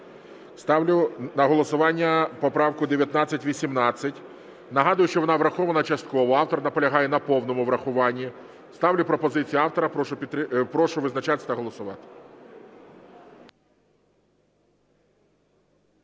Ставлю на голосування поправку 1918. Нагадую, що вона врахована частково, автор наполягає на повному врахуванні. Ставлю пропозицію автора. Прошу визначатись та голосувати.